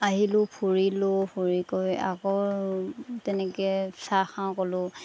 আহিলোঁ ফুৰিলোঁ ফুৰি কৰি আকৌ তেনেকৈ চাহ খাওঁ ক'লোঁ